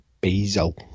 basil